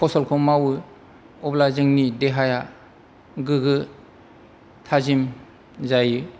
फसलखौ मावो अब्ला जोंनि देहाया गोग्गो थाजिम जायो